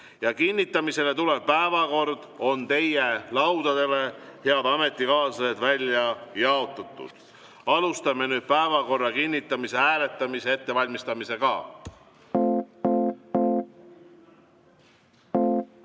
Kinnitamisele tulev päevakord on teie laudadele, head ametikaaslased, välja jaotatud. Alustame nüüd päevakorra kinnitamise hääletamise ettevalmistamist.